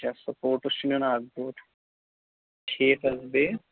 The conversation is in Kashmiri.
اَچھا سپورٹٕس چھُ نِیُن اکھ بوٚٹھ ٹھیٖک حظ بیٚیہِ